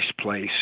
place